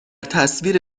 تصویر